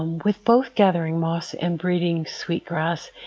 ah with both gathering moss and braiding sweetgrass,